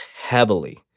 heavily